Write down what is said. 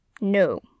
No